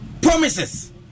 Promises